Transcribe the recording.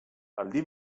aldi